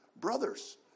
Brothers